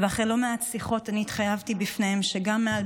ואחרי לא מעט שיחות התחייבתי בפניהם שגם מעל